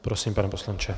Prosím, pane poslanče.